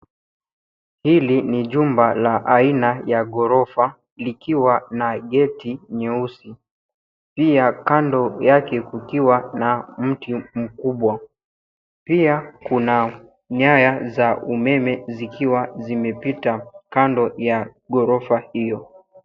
Hili ni jumba la aina ya ghorofa, likiwa na geti nyeusi. Pia kando yake kukiwa na mti mkubwa. Pia kuna nyaya za umeme zikiwa zimepita kando ya ghorofa hio.